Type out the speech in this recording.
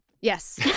Yes